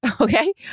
Okay